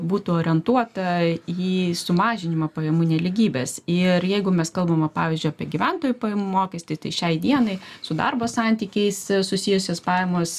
būtų orientuota į sumažinimą pajamų nelygybės ir jeigu mes kalbama pavyzdžiui apie gyventojų pajamų mokestį šiai dienai su darbo santykiais susijusios pajamos